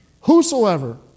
whosoever